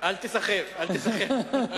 אל תיסחף, אל תיסחף.